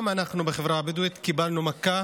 גם אנחנו בחברה הבדואית קיבלנו מכה